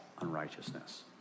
unrighteousness